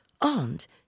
Aunt